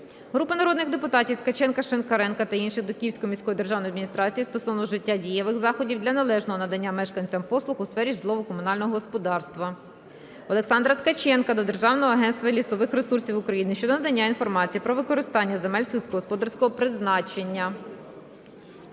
Групи народних депутатів (Ткаченка, Шинкаренка та інших.) до Київської міської державної адміністрації стосовно вжиття дієвих заходів для належного надання мешканцям послуг у сфері житлово-комунального господарства. Олександра Ткаченка до Державного агентства лісових ресурсів України щодо надання інформації про використання земель лісогосподарського призначення.